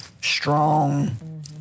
strong